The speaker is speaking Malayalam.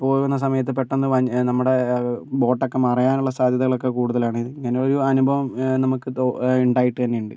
പോകുന്ന സമയത്ത് പെട്ടെന്ന് വഞ്ചി നമ്മുടെ ബോട്ടൊക്കെ മറയാനുള്ള സാദ്ധ്യതകൾ ഒക്കെ കൂടുതലാണ് ഇങ്ങനെ ഒരനുഭവം നമുക്ക് ഉണ്ടായിട്ട് തന്നെ ഉണ്ട്